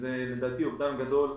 זה לדעתי אובדן גדול לסביבה,